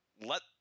let